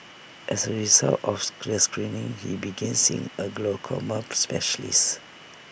as A result of the stress screening he began seeing A glaucoma specialist